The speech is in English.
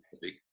big